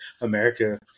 America